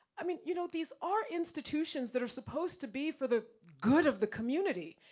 i mean you know these are institutions that are supposed to be for the good of the community.